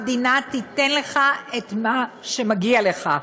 המדינה תיתן לך את מה שמגיע לך.